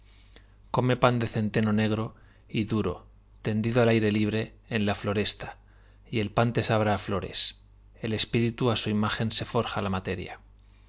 come pan de centeno negro y duro tendido al aire libre en la floresta y el pan te sabrá á flores el espíritu á su imagen se forja la materia